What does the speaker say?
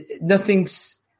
nothing's